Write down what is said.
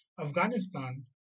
Afghanistan